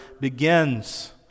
begins